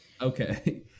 Okay